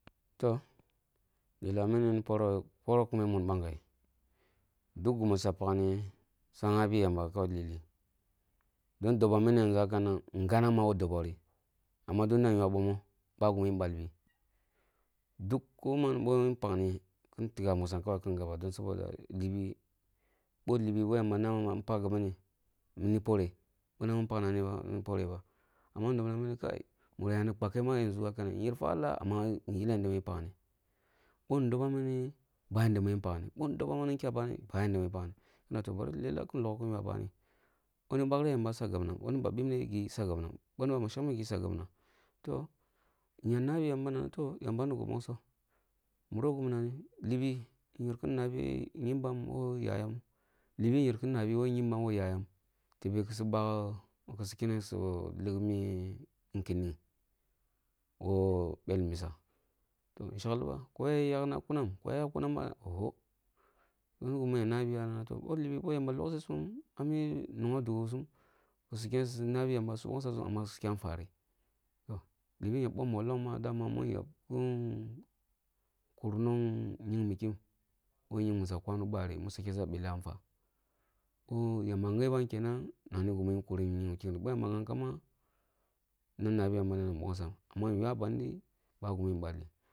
Toh, lelah mini ni poroh yoh, poroh kume mun bangai, duk gumu suya pakni sugyabi yamba kawai lih. Dob pakni sughabi yamba kawai lih. Dob doban mini yanʒu haka nan, ngannam ko dobori, amma tunda ywa bomoh, bami gimi balli. Duk koman bon pakni kin tigha musun kawai kin gaba saboda, libi boh libi yamba ne ma pak gimi ni porah boh wuni pak no mini ba, ni poreh ba, amma yin dobna mini ma, muram yani kpakeh ma yanʒu haka nan, yer fwa leh amma yilum yadda muni pakni, bon dobam mini yikam yadda mini pakni, kina toh lelah bari kin logho kin ywa bani, bini bakreh yamba suya gabna bini ba bipne yi suya gabna, bini ma ba shengmeh gi suya gabna toh, ya nabi yamba na toh, yamba ni gi gbon sih, birah woh gimi pakni libi yereh kin nabi kyembam ko yayam, libi yer nabi kyembam ko yayam tebe kusu bak kisu kenneh kusu lis mi nkinning woh bel misa, toh shek liba ko ya yakna kuman ko ya yakkumam ba ohho, kini gimi ya nabiya kina toh, bi libi yamba lok sesum dahmi nighi dugwa sum kisu kenme su nabi yamba su nbongsasum amma su kya fwa ri toh, libi ya bom mollong ma dama yak bon- bonong kyil mikkim ko gying misa musa kya bella fwa boh yamba ghebam kenam na ni gimin kurni mikkim ri, boh yamba ghaba nan nabi yamba nan nbongsam amma ywa bandi ba gimin balli.